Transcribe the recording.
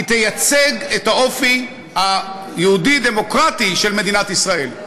תייצג את האופי היהודי-דמוקרטי של מדינת ישראל.